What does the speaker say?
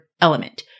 element